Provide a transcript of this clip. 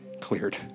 cleared